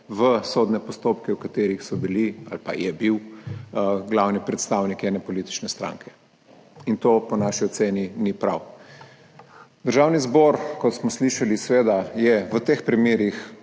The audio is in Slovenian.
v sodne postopke, v katerih so bili ali pa je bil glavni predstavnik ene politične stranke. In to po naši oceni ni prav. Državni zbor, kot smo slišali, je seveda v teh primerih